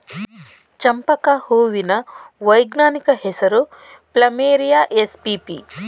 ಚಂಪಕ ಹೂವಿನ ವೈಜ್ಞಾನಿಕ ಹೆಸರು ಪ್ಲಮೇರಿಯ ಎಸ್ಪಿಪಿ